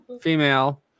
Female